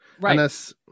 right